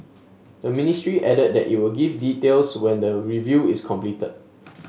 the ministry added that it would give details when the review is completed